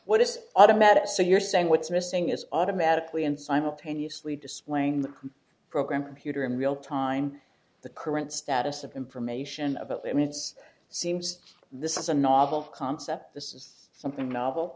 what if automatic so you're saying what's missing is automatically and simultaneously displaying the program computer in real time the current status of information about them it seems this is a novel concept this is something novel